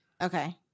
Okay